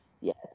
Yes